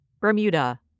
Bermuda